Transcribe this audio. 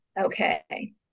okay